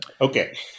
Okay